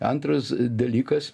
antras dalykas